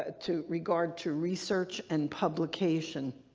ah to regard to research and publication